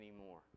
anymore